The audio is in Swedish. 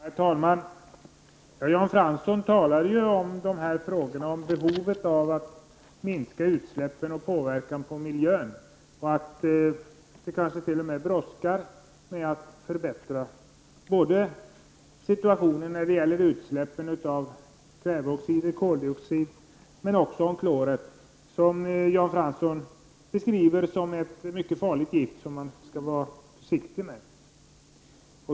Herr talman! Jan Fransson tog upp behovet av att minska utsläppen och lindra påverkan på miljön. Det kanske t.o.m. brådskar att förbättra situationen när det gäller såväl utsläppen av kväveoxider och koldioxid som utsläppen av klor. Jan Fransson beskriver klor som ett mycket farligt gift som man skall var försiktig med.